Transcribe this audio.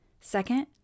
Second